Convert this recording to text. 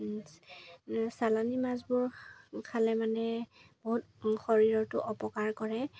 চালানী মাছবোৰ খালে মানে বহুত শৰীৰটো অপকাৰ কৰে